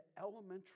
elementary